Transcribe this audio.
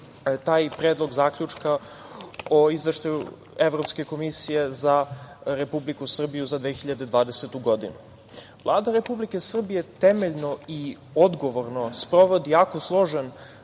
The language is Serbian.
taj Predlog zaključka o Izveštaju Evropske komisije za Republiku Srbiju za 2020. godinu. Vlada Republike Srbije temeljno i odgovorno sprovodi jako složen